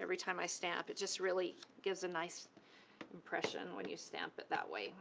every time i stamp. it just really gives a nice impression when you stamp it that way.